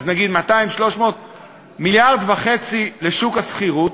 אז נגיד 1.5 מיליארד לשוק השכירות.